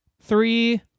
three